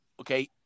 okay